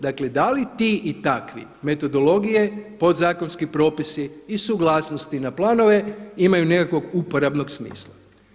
Dakle, da li ti i takvi metodologije, podzakonski propisi i suglasnosti na planove imaju nekakvog uporabnog smisla.